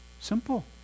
Simple